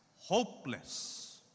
hopeless